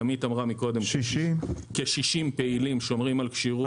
ימית אמרה מקודם כ-60 פעילים שומרים על כשירים.